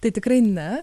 tai tikrai ne